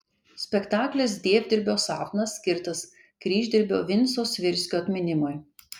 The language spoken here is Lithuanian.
spektaklis dievdirbio sapnas skirtas kryždirbio vinco svirskio atminimui